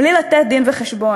בלי לתת דין-וחשבון.